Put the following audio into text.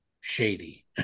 shady